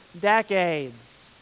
decades